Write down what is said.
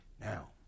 Now